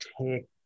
take